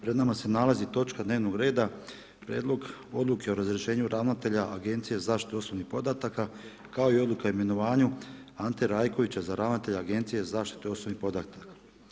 Pred nama se nalazi točka dnevnog reda Prijedlog odluke o razrješenju ravnatelja Agencije za zaštitu osobnih podataka kao i odluka o imenovanju Ante Rajkovića za ravnatelja Agencije za zaštitu osobnih podataka.